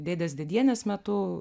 dėdės dėdienės metu